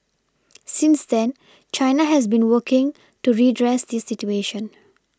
since then China has been working to redress this situation